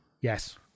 yes